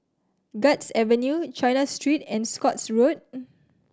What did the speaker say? Guards Avenue China Street and Scotts Road